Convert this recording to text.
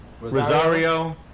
Rosario